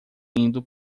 indo